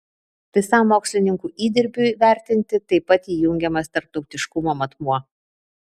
visam mokslininkų įdirbiui vertinti taip pat įjungiamas tarptautiškumo matmuo